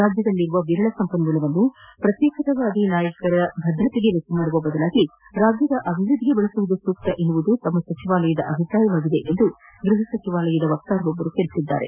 ರಾಜ್ಯದಲ್ಲಿರುವ ವಿರಳ ಸಂಪನ್ಮೂಲವನ್ನು ಪ್ರತ್ಯೇಕತಾವಾದಿ ನಾಯಕರ ಭದ್ರತೆಗೆ ವೆಚ್ಚ ಮಾಡುವ ಬದಲು ರಾಜ್ಯದ ಅಭಿವ್ವದ್ದಿಗೆ ಬಳಸುವುದು ಸೂಕ್ತ ಎನ್ನುವುದು ತಮ್ಮ ಸಚಿವಾಲಯದ ಅಭಿಪ್ರಾಯವಾಗಿದೆ ಎಂದು ಗೃಹಸಚಿವಾಲಯದ ವಕ್ತಾರರೊಬ್ಬರು ತಿಳಿಸಿದ್ದಾರೆ